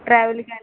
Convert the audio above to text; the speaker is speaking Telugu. ట్రావెల్ కానీ